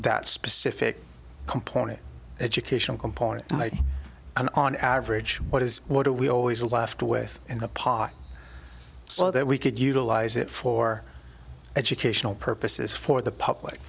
that specific comported educational component and on average what is what are we always left with the pot so that we could utilize it for educational purposes for the public